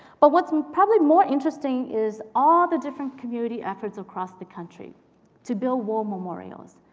but what's probably more interesting is all the different community efforts across the country to build war memorials.